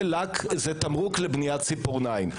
זה תמרוק לבניית ציפורניים.